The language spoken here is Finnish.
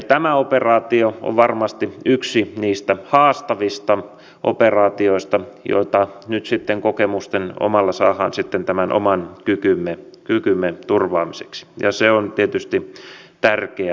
tämä operaatio on varmasti yksi niistä haastavista operaatioista joista nyt sitten saadaan kokemuksia tämän oman kykymme turvaamiseksi ja se on tietysti tärkeä asia